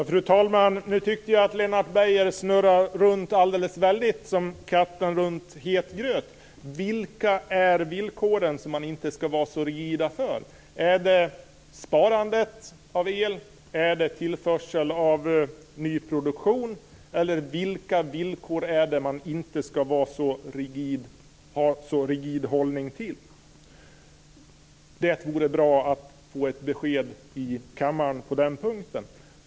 Fru talman! Nu tyckte jag att Lennart Beijer snurrade runt väldigt mycket som katten kring het gröt. Vilka är villkoren som man inte ska vara så rigid inför? Är det sparandet av el? Är det tillförsel av ny produktion? Vilka villkor är det som man inte ska ha en så rigid hållning till? Det vore bra att får ett besked i kammaren på den punkten.